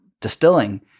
distilling